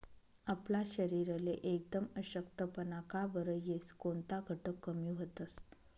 आपला शरीरले एकदम अशक्तपणा का बरं येस? कोनता घटक कमी व्हतंस?